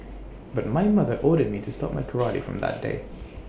but my mother ordered me to stop my karate from that day